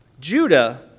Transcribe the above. Judah